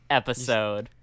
episode